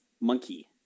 monkey